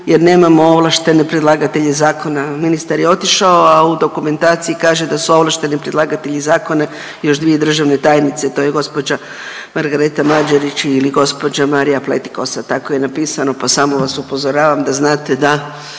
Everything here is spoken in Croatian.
jer nemamo ovlaštene predlagatelje zakona. Ministar je otišao, a u dokumentaciji kaže da su ovlašteni predlagatelji zakona još dvije državne tajnice. To je gospođa Margareta Mađerić ili gospođa Marija Pletikosa. Tako je napisano pa samo vas upozoravam da znate da